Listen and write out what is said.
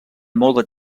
molt